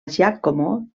giacomo